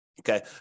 Okay